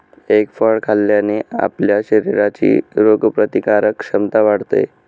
egg फळ खाल्ल्याने आपल्या शरीराची रोगप्रतिकारक क्षमता वाढते